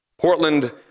Portland